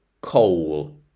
coal